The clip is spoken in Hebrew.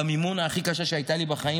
במימונה הכי קשה שהייתה לי בחיים,